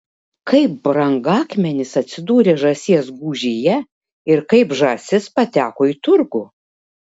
kaip brangakmenis atsidūrė žąsies gūžyje ir kaip žąsis pateko į turgų